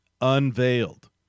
unveiled